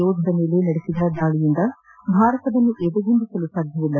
ಯೋಧರ ಮೇಲೆ ನಡೆಸಿದ ದಾಳಿಯಿಂದ ಭಾರತವನ್ನು ಎದೆಗುಂದಿಸಲು ಸಾಧ್ಯವಿಲ್ಲ